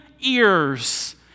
ears